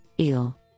EEL